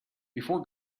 before